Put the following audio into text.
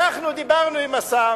אנחנו דיברנו עם השר